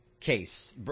case